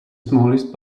smallest